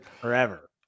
Forever